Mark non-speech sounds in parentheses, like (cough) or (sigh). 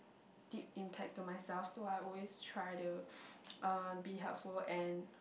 deep impact to myself so I always try to (noise) uh be helpful and